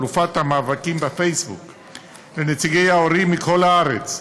אלופת המאבקים בפייסבוק; לנציגי ההורים מכל הארץ,